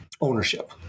ownership